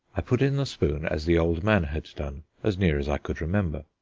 i put in the spoon as the old man had done, as near as i could remember.